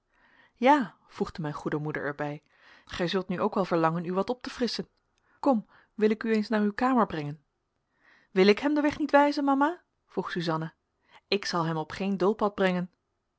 ja voegde mijn goede moeder er bij gij zult nu ook wel verlangen u wat op te frisschen kom wil ik u eens naar uw kamer brengen wil ik hem den weg niet wijzen mama vroeg suzanna ik zal hem op geen doolpad brengen